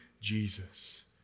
Jesus